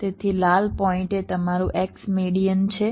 તેથી લાલ પોઇન્ટ એ તમારું x મેડીઅન છે